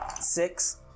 six